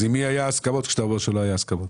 אז עם מי היו ההסכמות כשאתה שלא היו הסכמות?